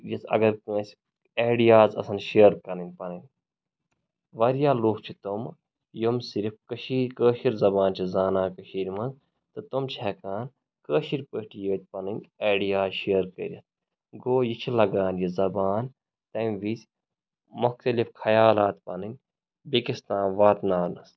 یُتھ اَگَر کٲنٛسہِ ایڈیاز آسَن شِیَر کَرٕنۍ پَنٕنۍ واریاہ لُکھ چھِ تم یِم صرف کٔشیٖرِ کٲشٕر زبان چھِ زانان کٔشیٖرِ منٛز تہٕ تم چھِ ہٮ۪کان کٲشٕر پٲٹھۍ ییٚتہِ پَنٕنۍ ایڈیاز شِیَر کٔرِتھ گوٚو یہِ چھِ لَگان یہِ زَبان تَمہِ ویٖز مختلف خیالات پَنٕنۍ بیٚکِس تام واتناونَس